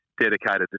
dedicated